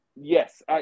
yes